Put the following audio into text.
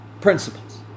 Principles